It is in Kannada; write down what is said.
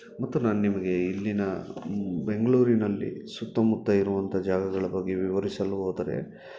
ಮತ್ತು ನಾನು ನಿಮಗೆ ಇಲ್ಲಿನ ಬೆಂಗಳೂರಿನಲ್ಲಿ ಸುತ್ತಮುತ್ತ ಇರುವಂಥ ಜಾಗಗಳ ಬಗ್ಗೆ ವಿವರಿಸಲು ಹೋದರೆ